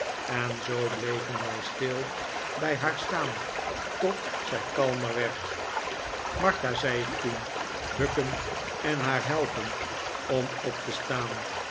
en zoo bleven wij stil bij haar staan tot zij kalmer werd martha zei ik toen bukkend en haar helpend om op te staan